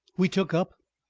we took up,